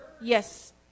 Yes